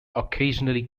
occasionally